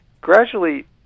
gradually